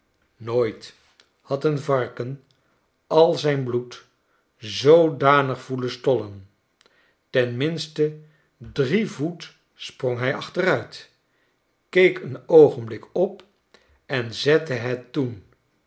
nooit had een varken al zijn bloed zoodanig voelen stollen ten minste drie voetspronghij achteruit keek een oogenblikje op en zette het toen